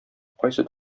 кайсы